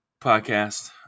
podcast